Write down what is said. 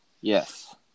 Yes